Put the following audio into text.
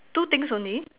two things only